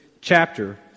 chapter